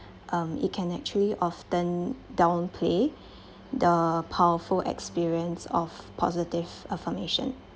um it can actually often downplay the powerful experience of positive affirmation